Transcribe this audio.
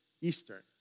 Eastern